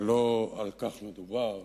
לא על כך מדובר,